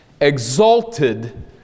Exalted